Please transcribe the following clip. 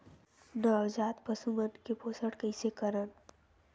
नवजात पशु मन के पोषण कइसे करन?